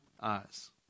eyes